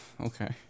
Okay